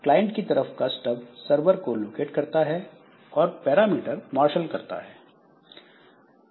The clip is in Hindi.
क्लाइंट की तरफ का स्टब सरवर को लोकेट करता है और पैरामीटर मार्शल करता है